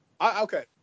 okay